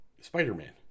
Spider-Man